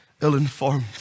ill-informed